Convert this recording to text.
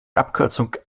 abkürzung